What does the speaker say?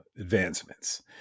advancements